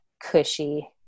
cushy